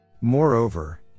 Moreover